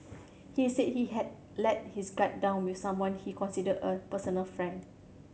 he said he had let his guard down with someone he considered a personal friend